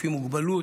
לפי מוגבלות,